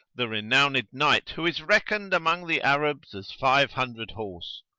the renowned knight, who is reckoned among the arabs as five hundred horse.